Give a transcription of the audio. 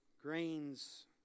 grains